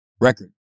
record